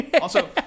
Also-